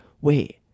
wait